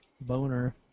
Boner